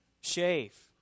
shave